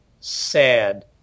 sad